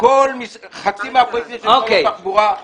חצי מהפרויקטים של משרד התחבורה,